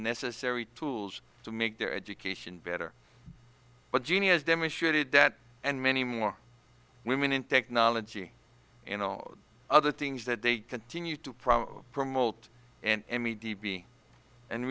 necessary tools to make their education better but genius demonstrated that and many more women in technology and on other things that they continue to probably promote and and